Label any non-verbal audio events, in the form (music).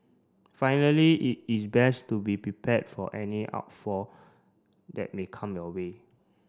finally it is best to be prepared for any (unintelligible) that may come your way